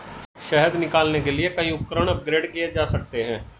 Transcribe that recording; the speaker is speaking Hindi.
शहद निकालने के लिए कई उपकरण अपग्रेड किए जा सकते हैं